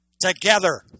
together